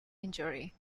injury